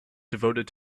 devoted